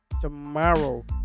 tomorrow